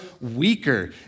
weaker